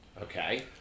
okay